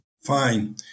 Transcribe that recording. Fine